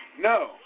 No